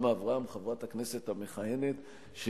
וחברת הכנסת המכהנת רוחמה אברהם,